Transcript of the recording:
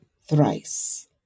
thrice